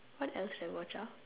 what else did I watch ah